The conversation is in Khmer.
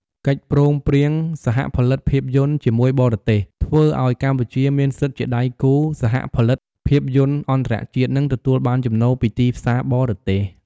កិច្ចព្រមព្រៀងសហផលិតភាពយន្តជាមួយបរទេស ធ្វើឱ្យកម្ពុជាមានសិទ្ធិជាដៃគូសហផលិតភាពយន្តអន្តរជាតិ និងទទួលបានចំណូលពីទីផ្សារបរទេស។